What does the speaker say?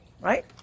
right